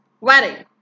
wedding